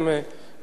אבל מדי פעם,